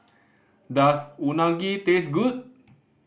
does Unagi taste good